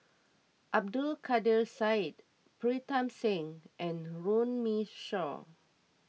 Abdul Kadir Syed Pritam Singh and Runme Shaw